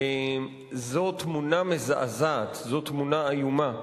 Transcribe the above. זאת תמונה מזעזעת, זאת תמונה איומה.